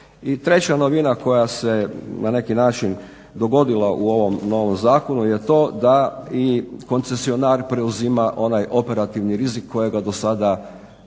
treća novina koja se na neki način dogodila u ovom novom zakonu je to da i koncesionar preuzima onaj operativni rizik kojega do sada nije